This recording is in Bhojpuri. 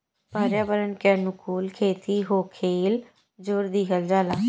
पर्यावरण के अनुकूल खेती होखेल जोर दिहल जाता